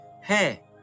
Hey